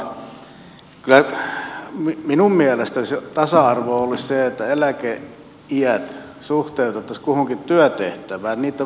kyllä minun mielestäni se tasa arvo olisi sitä että eläkeiät suhteutettaisiin kuhunkin työtehtävään niitten vaativuuteen